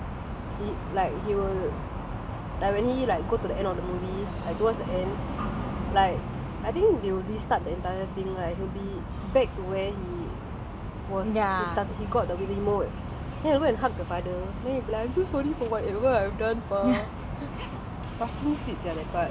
and then like he will like when he like go to the end of the movie like towards the end like I think they will restart the entire thing right he will be back to where he was he got the remote then he go and hug the mother like I'm so sorry for whatever I have done mah